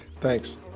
thanks